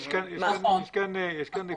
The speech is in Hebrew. יש כאן נקודה.